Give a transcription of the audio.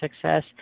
success